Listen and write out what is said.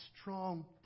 strong